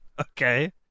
Okay